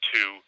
Two